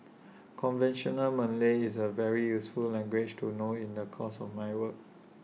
conventional Malay is A very useful language to know in the course of my work